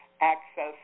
access